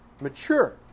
mature